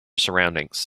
surroundings